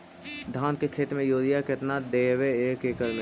धान के खेत में युरिया केतना देबै एक एकड़ में?